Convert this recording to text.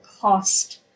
cost